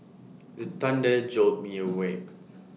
the thunder jolt me awake